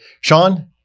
Sean